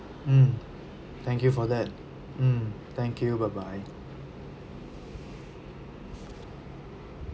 mm thank you for that mm thank you bye bye